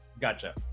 Gotcha